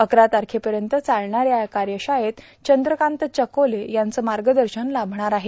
अकरा तारखेपर्यंत चालणाऱ्या या कार्यशाळेत चंद्रकांत चकोले यांचं मार्गदर्शन लाभणार आहे